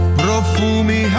profumi